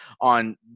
on